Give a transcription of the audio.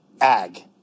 Ag